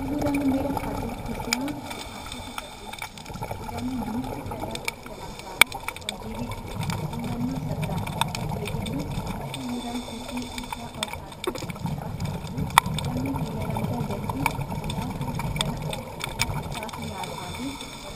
पीलू रंग मेरा खातिर ख़ुशियों या आशा कू प्रतीक छा। यू रंग धूप की तरह चमकदार और जीवंत होंडु, जु मन मा साकारात्मकता भारी देंदु। मेटे यू रंग खुसी, ऊर्जा और तजगी कू एहसास करोंडु। जब मुझे पिला रंग ते देखदु तब में ते हसन और नया उत्साह की याद ओंदी।